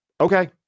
okay